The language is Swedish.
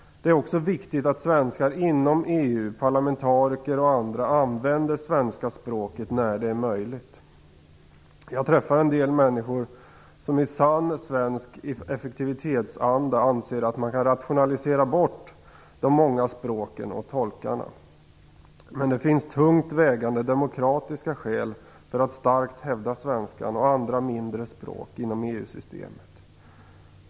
Det är också viktigt att svenskar inom EU - parlamentariker och andra - använder svenska språket när det är möjligt. Jag träffar en del människor som i sann svensk effektivitetsanda anser att man kan rationalisera bort de många språken och tolkarna, men det finns tungt vägande demokratiska skäl för att starkt hävda svenskan och andra mindre språk inom EU-systemet.